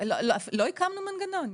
לא הקמנו מנגנון.